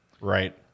right